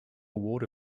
water